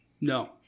No